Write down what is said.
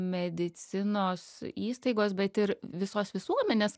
medicinos įstaigos bet ir visos visuomenės